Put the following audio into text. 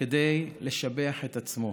כדי לשבח את עצמו,